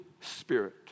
spirit